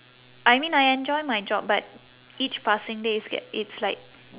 I mean I enjoy my job but each passing day it's g~ it's like